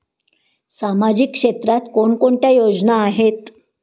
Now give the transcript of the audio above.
सामाजिक क्षेत्रात कोणकोणत्या योजना आहेत?